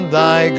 thy